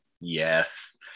yes